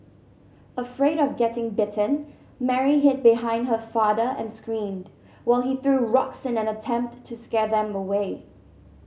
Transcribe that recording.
afraid of getting bitten Mary hid behind her father and screamed while he threw rocks in an attempt to scare them away